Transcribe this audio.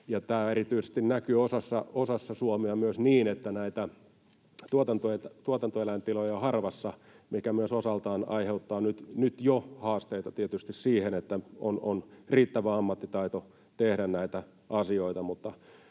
tämä erityisesti näkyy osassa Suomea myös niin, että näitä tuotantoeläintiloja on harvassa, mikä tietysti myös osaltaan aiheuttaa nyt jo haasteita siihen, että on riittävä ammattitaito tehdä näitä asioita.